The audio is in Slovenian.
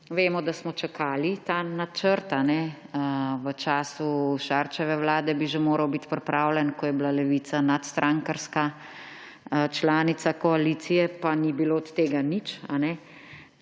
Vemo, da smo čakali ta načrt, v času Šarčeve vlade bi že moral biti pripravljen, ko je bila Levica nadstrankarska članica koalicije, pa ni bilo od tega nič.